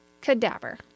cadaver